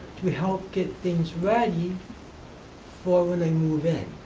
to help get things ready for when i move in.